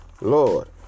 lord